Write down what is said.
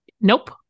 Nope